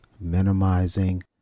minimizing